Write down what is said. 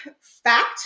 fact